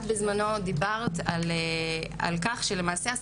את בזמנו דיברת על כך שלמעשה,